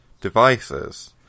devices